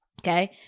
Okay